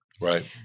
Right